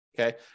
Okay